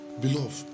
beloved